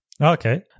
Okay